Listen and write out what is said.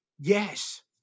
Yes